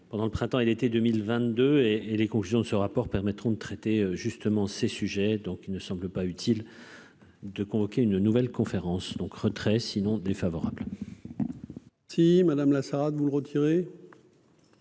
pendant le printemps et l'été 2000 22 et et les conclusions de ce rapport, permettront de traiter justement ces sujets donc, il ne semble pas utile. De convoquer une nouvelle conférence donc retrait sinon défavorable.